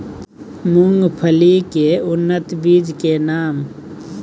मूंगफली के उन्नत बीज के नाम?